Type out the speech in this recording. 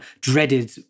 dreaded